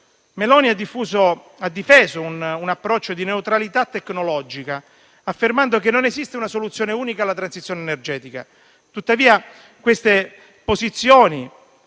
Meloni ha difeso un approccio di neutralità tecnologica, affermando che non esiste una soluzione unica alla transizione energetica. Tuttavia, queste posizioni